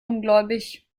ungläubig